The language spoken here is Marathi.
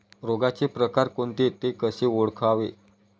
रोगाचे प्रकार कोणते? ते कसे ओळखावे?